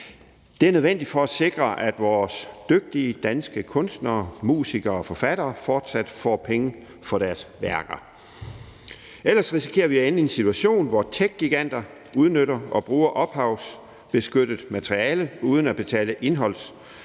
Det er nødvendigt for at sikre, at vores dygtige danske kunstnere, musikere og forfattere fortsat får penge for deres værker. Ellers risikerer vi at ende i en situation, hvor techgiganter udnytter og bruger ophavsretsbeskyttet materiale uden at betale indholdsproducenterne